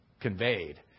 conveyed